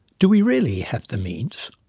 do we really have the means?